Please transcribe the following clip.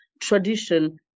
tradition